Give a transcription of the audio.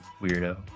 weirdo